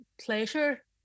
pleasure